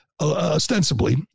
ostensibly